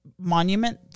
Monument